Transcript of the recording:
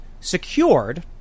secured